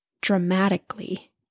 dramatically